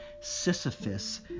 Sisyphus